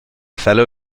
fellow